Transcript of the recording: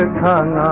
ah con